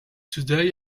today